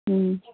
ꯎꯝ